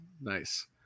nice